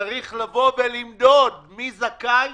צריך לבוא ולמדוד מי זכאי,